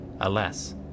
Alas